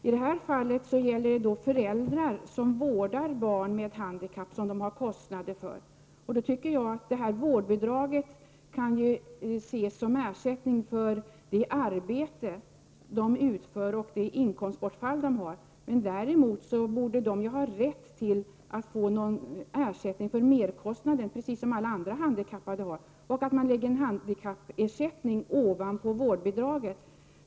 I detta fall gäller det föräldrar som vårdar barn med handikapp och som de har kostnader för, och därför kan detta vårdbidrag ses som en ersättning för det arbete de utför och det inkomstbortfall de har. Däremot borde det finnas rätt till en viss ersättning för merkostnader, precis som alla andra handikappade har. Det kan inte vara så svårt att förstå att en handikappersättning läggs ovanpå vårdbidraget.